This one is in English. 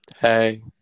Hey